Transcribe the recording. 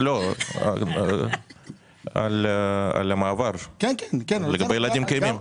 לא, על המעבר לגבי ילדים קיימים.